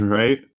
right